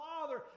Father